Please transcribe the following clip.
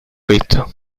visto